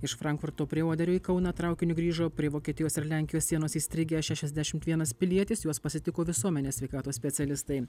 iš frankfurto prie oderio į kauną traukiniu grįžo prie vokietijos ir lenkijos sienos įstrigę šešiasdešimt vienas pilietis juos pasitiko visuomenės sveikatos specialistai